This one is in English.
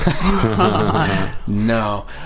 No